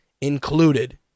included